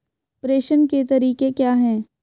प्रेषण के तरीके क्या हैं?